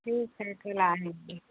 ठीक है फिर आएँगे